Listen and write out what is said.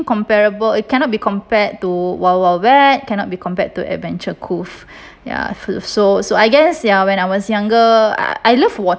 comparable it cannot be compared to wild wild wet cannot be compared to adventure cove ya so so so I guess ya when I was younger I love water